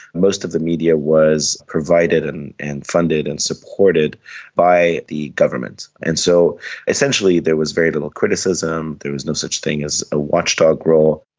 most of the media was provided and and funded and supported by the government. and so essentially there was very little criticism, there was no such thing as a watchdog role.